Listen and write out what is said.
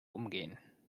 umgehen